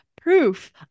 proof